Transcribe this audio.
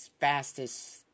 fastest